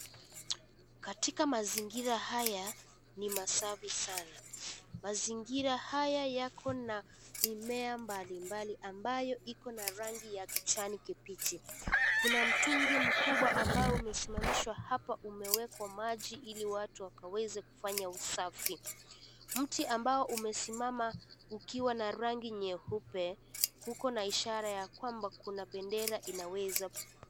Katika mazingira haya, ni masafi sana, mazingira haya yako na, mimea mbali mbali ambayo iko na rangi ya kijani kibichi, kuna mtungi mkubwa ambao umesimamishwa hapa umewekwa maji ili watu wakaweze kufanya usafi, mti ambao umesimama ukiwa na rangi nyeupe, uko na ishara yakwamba kuna bendera inaweza.